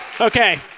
Okay